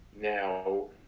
Now